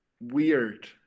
weird